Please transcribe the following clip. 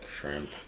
shrimp